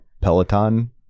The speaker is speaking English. Peloton